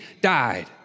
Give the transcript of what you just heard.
died